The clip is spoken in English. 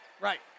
right